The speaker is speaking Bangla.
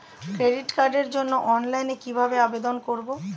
ক্রেডিট কার্ডের জন্য অনলাইনে কিভাবে আবেদন করব?